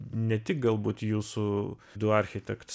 ne tik galbūt jūsų du architekts